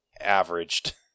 averaged